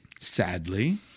Sadly